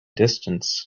distance